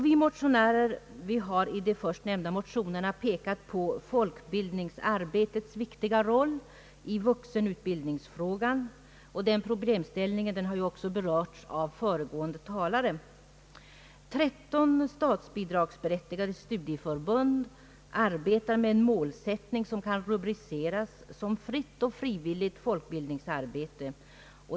Vi motionärer har i det först nämnda motionsparet pekat på folkbildningsarbetets viktiga roll i vuxenutbildningen. Den problemställningen har ju också berörts av föregående talare. Tretton statsbidragsberättigade «studieförbund arbetar med en målsättning som kan rubriceras såsom fritt och frivilligt folkbildningsarbete.